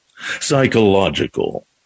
psychological